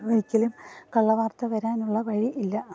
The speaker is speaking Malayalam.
ഒരിക്കലും കള്ളവാർത്ത വരാനുള്ള വഴി ഇല്ല